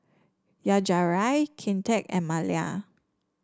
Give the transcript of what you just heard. Yajaira Kinte and Malia